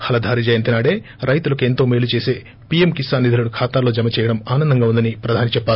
హలధారి జయంతి నాడే రైతులకు ఎంతో మేలు చేసే పీఎం కిసాన్ నిధులను ఖాతాల్లో జమచేయడం ఆనందంగా ఉందని ప్రధాని చెప్పారు